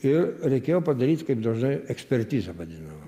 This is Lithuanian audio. i reikėjo padaryt kaip dažnai ekspertizę vadinamą